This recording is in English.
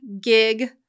gig